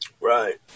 Right